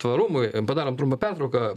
tvarumui padarom trumpą pertrauką